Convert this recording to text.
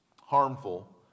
harmful